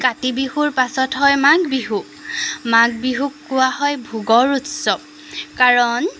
কাতি বিহুৰ পাছত হয় মাঘ বিহু মাঘ বিহুক কোৱা হয় ভোগৰ উৎসৱ কাৰণ